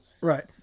Right